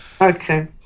Okay